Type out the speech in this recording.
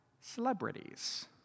Celebrities